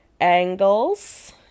angles